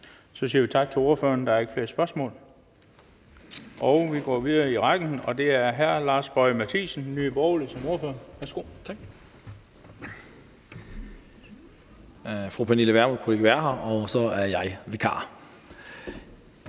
Så siger vi tak til ordføreren. Der er ikke flere spørgsmål, og så går vi videre i rækken, og det er hr. Lars Boje Mathiesen, Nye Borgerlige, som ordfører. Værsgo. Kl. 12:46 (Ordfører) Lars Boje